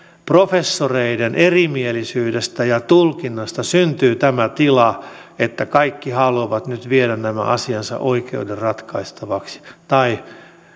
professoreiden erimielisyydestä ja tulkinnasta syntyy tämä tila että kaikki haluavat nyt viedä nämä asiansa oikeuden ratkaistavaksi tai